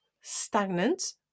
stagnant